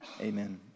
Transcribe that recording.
Amen